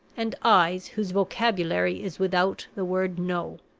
and eyes whose vocabulary is without the word no.